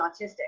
autistic